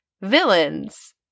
villains-